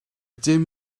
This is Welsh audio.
dim